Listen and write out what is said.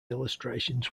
illustrations